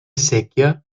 séquia